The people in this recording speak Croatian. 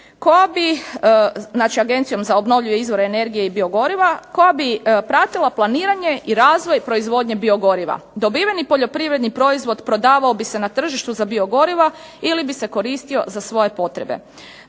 koja bi, znači Agencijom za obnovljive izvore, energije i biogoriva koja bi pratila planiranje i razvoj proizvodnje biogoriva. Dobiveni poljoprivredni proizvod prodavao bi se na tržištu za biogoriva ili bi se koristio za svoje potrebe.